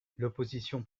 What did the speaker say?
l’opposition